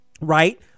Right